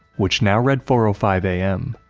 which now read four ah five a m.